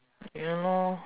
do you know